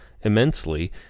immensely